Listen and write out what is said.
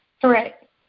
Correct